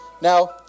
Now